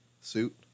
suit